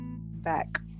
back